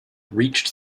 reached